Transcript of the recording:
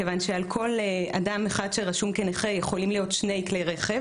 מכיוון שעל כל אדם אחד שרשום כנכה יכולים להיות שני כלי רכב